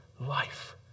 life